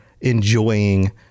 enjoying